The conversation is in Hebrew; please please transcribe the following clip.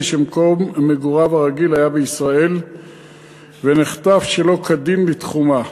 שמקום מגוריו הרגיל היה בישראל ונחטף שלא כדין מתחומה.